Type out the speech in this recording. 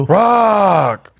rock